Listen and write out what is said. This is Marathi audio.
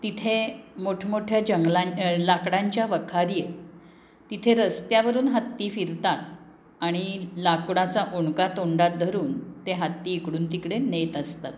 तिथे मोठमोठ्या जंगलां लाकडांच्या वखारी आहेत तिथे रस्त्यावरून हत्ती फिरतात आणि लाकडाचा ओंडका तोंडात धरून ते हत्ती इकडून तिकडे नेत असतात